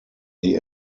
die